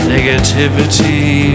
Negativity